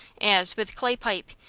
as, with clay pipe,